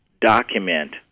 document